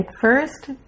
first